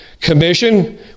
commission